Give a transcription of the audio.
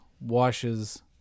washes